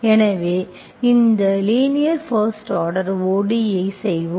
எனவே இன்று இந்த லீனியர் பஸ்ட் ஆர்டர் ODE ஐ செய்வோம்